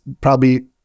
probably-